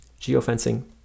Geofencing